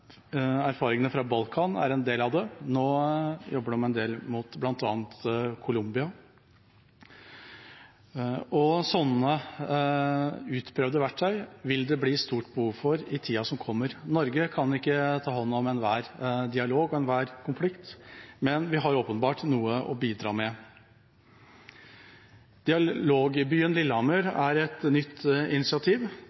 Erfaringene fra Balkan er en del av det. Nå jobber de en del mot bl.a. Columbia, og sånne utprøvde verktøy vil det bli stort behov for i tida som kommer. Norge kan ikke ta hånd om enhver dialog og enhver konflikt, men vi har åpenbart noe å bidra med.